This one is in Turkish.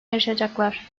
yarışacaklar